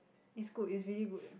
is good is really good